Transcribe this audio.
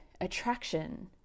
attraction